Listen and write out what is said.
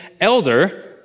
elder